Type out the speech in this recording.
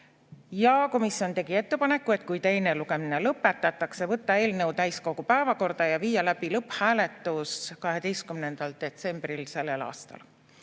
Komisjon tegi ettepaneku, et kui teine lugemine lõpetatakse, võtta eelnõu täiskogu päevakorda ja viia läbi lõpphääletus 12. detsembril sellel aastal.